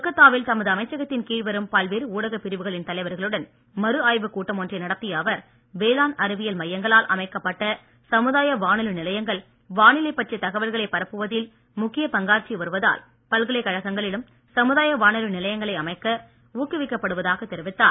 கொல்கத்தாவில் தமது அமைச்சகத்தின் கீழ் வரும் பல்வேறு ஊடக பிரிவுகளின் தலைவர்களுடன் மறு ஆய்வுக் கூட்டம் ஒன்றை நடத்திய அவர் வேளாண் அறிவியல் மையங்களால் அமைக்கப் பட்ட சமுதாய வானொலி நிலையங்கள் வானிலை பற்றிய தகவல்களை பரப்புவதில் முக்கிய பங்காற்றி வருவதால் பல்கலைக்கழகங்களிலும் சமுதாய வானொலி நிலையங்களை அமைக்க ஊக்குவிக்கப் படுவதாகத் தெரிவித்தார்